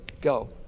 go